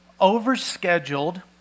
overscheduled